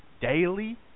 daily